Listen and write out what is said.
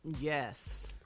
Yes